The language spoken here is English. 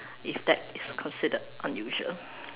if that is considered unusual